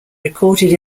recorded